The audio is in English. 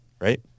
Right